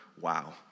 wow